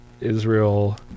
Israel